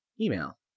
email